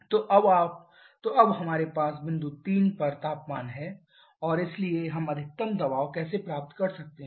तो अब हमारे पास बिंदु 3 पर तापमान है और इसलिए हम अधिकतम दबाव कैसे प्राप्त कर सकते हैं